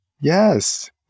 Yes